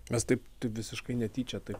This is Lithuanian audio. mes taip taip visiškai netyčia taip